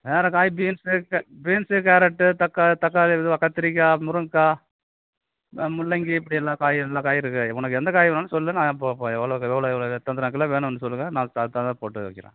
வேறு காய் beans beans carrot தக்காளி கத்திரிக்காய் முருங்கைக்காய் முள்ளங்கி இப்படியெல்லாம் காய் எல்லாம் காய் இருக்குது உனக்கு எந்த காய் வேணும் சொல் நான் இப்போது எவ்வளுவுக்கு எவ்வளோ எத்தனை கிலோ வேணும்னு சொல்லுங்க நான் அதுக்கு தகுந்த மாதிரி போட்டு வைக்கிறேன்